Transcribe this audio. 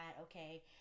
okay